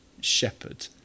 shepherd